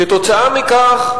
כתוצאה מכך,